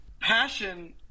Passion